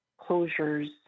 closures